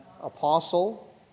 apostle